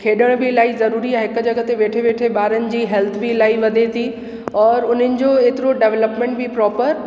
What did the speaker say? खेॾण बि इलाही ज़रूरी आहे हिक जॻहि ते वेठे वेठे ॿारनि जी हैल्थ बि इलाही वधे थी और उन्हनि जो एतिरो डव्लप्मेंट बि प्रॉपर